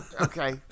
Okay